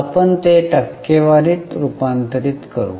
आपण ते टक्केवारीत रूपांतरित करू